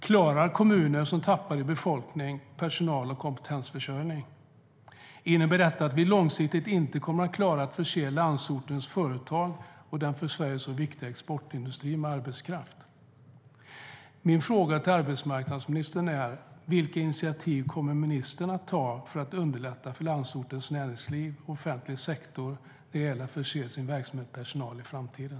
Klarar kommuner som tappar i befolkning personal och kompetensförsörjningen? Innebär detta att vi långsiktigt inte kommer att klara att förse landsortens företag och den för Sverige så viktiga exportindustrin med arbetskraft? Min fråga till arbetsmarknadsministern är: Vilka initiativ kommer ministern att ta för att underlätta för landsortens näringsliv och offentliga sektor när det gäller att förse dessa verksamheter med personal i framtiden?